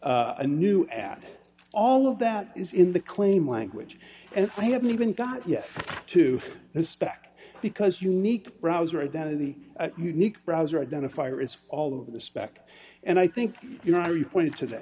a new ad all of that is in the claim language and i haven't even got yet to the spec because unique browser identity unique browser identifier it's all over the spec and i think you know you pointed to the